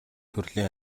төрлийн